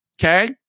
okay